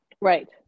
Right